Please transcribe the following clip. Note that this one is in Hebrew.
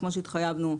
כמו שהתחייבנו,